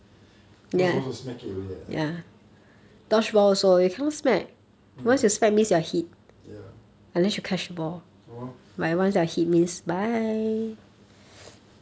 not supposed to smack it away lah mm ya !hannor!